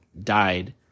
died